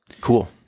Cool